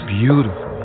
beautiful